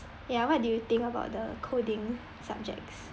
yeah what do you think about the coding subjects